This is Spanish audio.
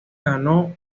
ganó